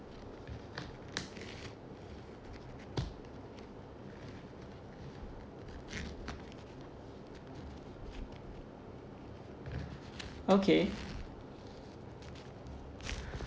okay